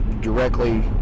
directly